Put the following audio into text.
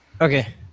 Okay